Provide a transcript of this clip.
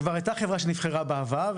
וכבר הייתה חברה שנבחרה בעבר,